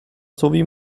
sowie